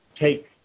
take